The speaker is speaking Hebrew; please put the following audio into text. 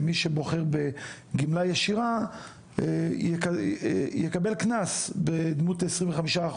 אין שום הגיון שמי שבוחר בגמלה ישירה יקבל קנס בדמות 25%,